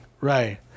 right